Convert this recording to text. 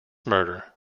murder